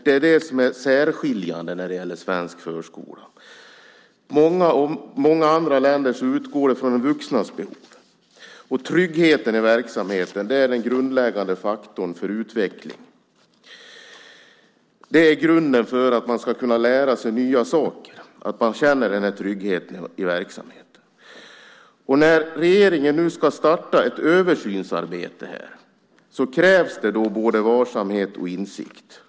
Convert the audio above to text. Det är det som är det särskiljande när det gäller svensk förskola - i många andra länder utgår man från de vuxnas behov. Tryggheten i verksamheten är den grundläggande faktorn för utveckling och grunden för att man ska kunna lära sig nya saker. När regeringen nu ska starta ett översynsarbete krävs det både varsamhet och insikt.